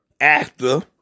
actor